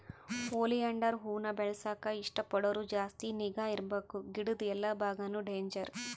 oleander ಹೂವಾನ ಬೆಳೆಸಾಕ ಇಷ್ಟ ಪಡೋರು ಜಾಸ್ತಿ ನಿಗಾ ಇರ್ಬಕು ಗಿಡುದ್ ಎಲ್ಲಾ ಬಾಗಾನು ಡೇಂಜರ್